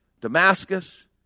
Damascus